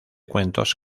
cuentos